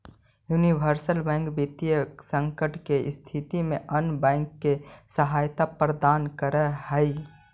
universal bank वित्तीय संकट के स्थिति में अन्य बैंक के सहायता प्रदान करऽ हइ